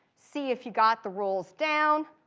see if you got the rules down.